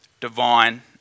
divine